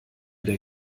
der